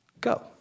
Go